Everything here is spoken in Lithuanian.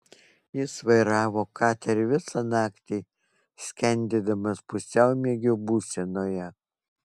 jis vairavo katerį visą naktį skendėdamas pusiaumiegio būsenoje